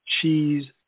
cheese